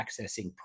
accessing